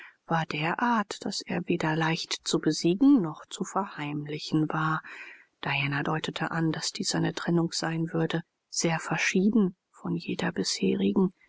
war der art daß er weder leicht zu besiegen noch zu verheimlichen war diana deutete an daß dies eine trennung sein würde sehr verschieden von jeder bisherigen